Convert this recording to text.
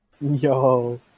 Yo